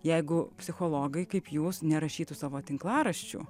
jeigu psichologai kaip jūs nerašytų savo tinklaraščių